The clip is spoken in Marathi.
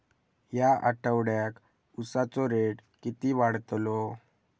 या आठवड्याक उसाचो रेट किती वाढतलो?